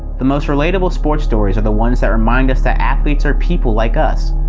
the most relatable sports stories are the ones that remind us that athletes are people like us.